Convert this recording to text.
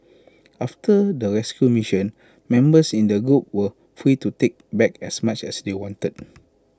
after the rescue mission members in the group were free to take back as much as they wanted